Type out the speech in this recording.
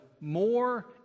more